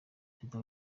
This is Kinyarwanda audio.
perezida